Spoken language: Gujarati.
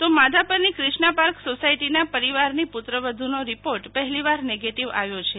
તો માધાપરની ક્રિષ્ના પાર્ક સોસાયટીના પરિવારની પુત્રવધુનો રિપોર્ટ પહેલીવાર નેગેટીવ આવ્યો છે